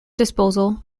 disposal